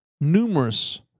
numerous